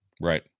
Right